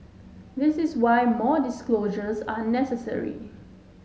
this is why more disclosures are necessary